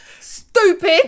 stupid